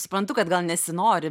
suprantu kad gal nesinori